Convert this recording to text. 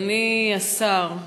אדוני השר,